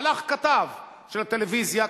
הלך כתב של הטלוויזיה,